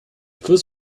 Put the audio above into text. fluss